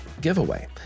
giveaway